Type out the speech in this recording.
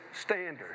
standard